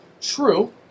True